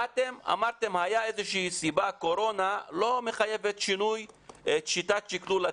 זה שהייתה קורונה לא מחייב שינוי של שיטת השקלול.